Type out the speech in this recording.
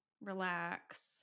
relax